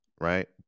right